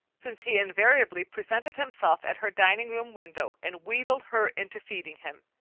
since he invariably presented himself at her dining-room window and wheedled her into feeding him,